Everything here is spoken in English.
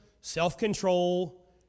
self-control